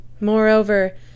Moreover